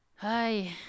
hi